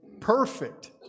perfect